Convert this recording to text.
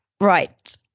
Right